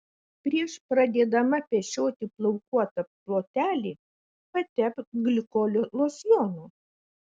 prieš pradėdama pešioti plaukuotą plotelį patepk glikolio losjonu